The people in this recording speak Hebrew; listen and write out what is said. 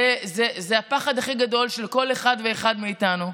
זה הפחד הכי גדול של כל אחד ואחד מאיתנו.